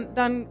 dan